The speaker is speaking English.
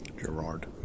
Gerard